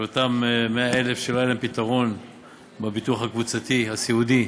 לאותם 100,000 שלא היה להם פתרון בביטוח הקבוצתי הסיעודי,